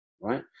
Right